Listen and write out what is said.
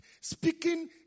Speaking